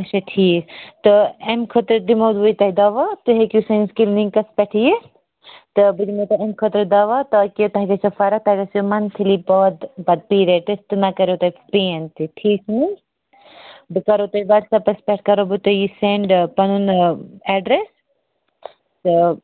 اچھا ٹھیٖک تہٕ امہِ خٲطرٕ دِمس بہٕ تۄہہِ دواہ تُہۍ ہیکِو سٲنِس کِلنِکس پیٹھ یِتھ تہٕ بہٕ دِمو تۄہہِ امہِ خٲطرٕ دوا تاکہِ تۄہہِ گژھیو فرق تۄہہِ منتھلی بعد پتہٕ پیرڈس نہَ کریو تۄہہِ پتہٕ پین تہِ ٹھیٖک چھُ نہ حَظ بہٕ کرو تۄہہِ وٹساپس پیٹھ کرو تۄہہِ سینڈ پنُن ایڈرس تہٕ